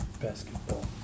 Basketball